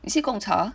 is it Gongcha